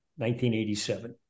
1987